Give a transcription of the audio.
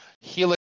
helix